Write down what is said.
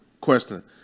question